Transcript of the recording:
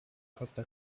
costa